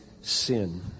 sin